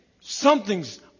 something's